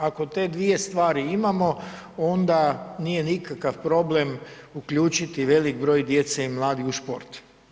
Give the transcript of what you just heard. Ako te dvije stvari imamo onda nije nikakav problem uključiti veliki broj djece i mladih u sport.